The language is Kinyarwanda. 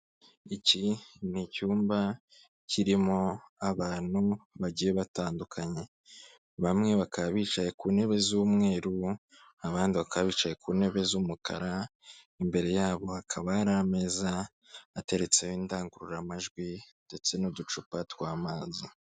Iki ni icyumba, kirimo abantu bagiye batandukanye, bamwe bakaba bicaye ku ntebe z'umweru, abandi bakaba bicaye ku ntebe z'umukara, imbere yabo hakaba hari ameza, ateretseho indangururamajwi, ndetse n'uducupa tw'amazi.